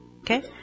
Okay